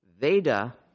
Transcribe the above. Veda